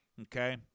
Okay